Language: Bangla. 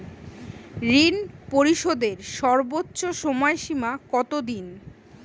ঋণ পরিশোধের সর্বোচ্চ সময় সীমা কত দিন?